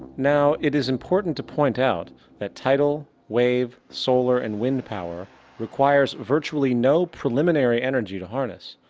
now, it is important to point out that tidal, wave, solar and wind power requires virtually no preliminary energy to harness,